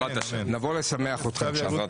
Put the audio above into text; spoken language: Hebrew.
נבוא לשמח אתכם שם.